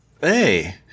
Hey